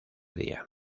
día